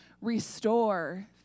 restore